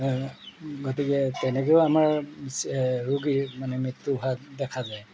গতিকে তেনেকেও আমাৰ চি ৰোগীৰ মানে মৃত্যু হোৱা দেখা যায়